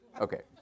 Okay